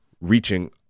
reaching